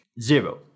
zero